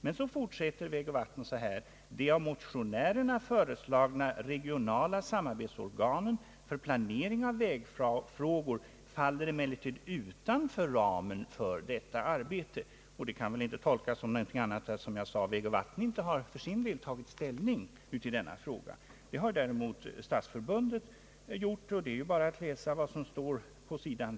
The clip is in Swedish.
Men så fortsätter vägoch vattenbyggnadsstyrelsen: »De av motionärerna föreslagna regionala samarbetsorganen för planering av vägfrågor faller emellertid utanför ramen för detta arbete.» Det kan väl inte tolkas som något annat än som jag sade att vägoch vattenbyggnadsstyrelsen för sin del inte tagit ställning i denna fråga. Det har däremot stadsförbundet gjort, och det är bara att läsa vad som står på sid.